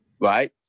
right